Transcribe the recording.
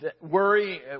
Worry